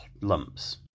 lumps